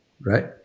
right